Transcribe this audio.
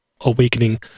awakening